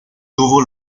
tuvo